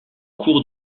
cours